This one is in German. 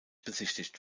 besichtigt